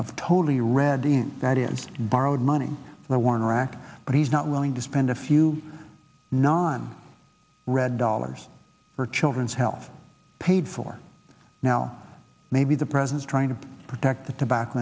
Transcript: of totally red in that in borrowed money for the war in iraq but he's not willing to spend a few non red dollars for children's health paid for now maybe the president's trying to protect the tobacco